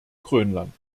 grönland